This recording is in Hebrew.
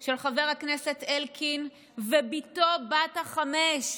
של חבר הכנסת אלקין ובתו בת החמש,